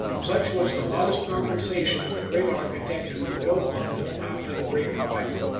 such was the modest compensation of the great architect who rebuilt london after the great fire.